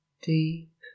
deep